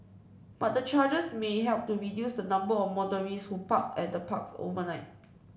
but the charges may help to reduce the number of motorists who park at the parks overnight